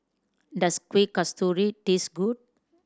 does Kueh Kasturi taste good